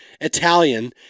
Italian